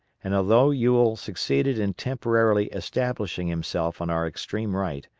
and although ewell succeeded in temporarily establishing himself on our extreme right,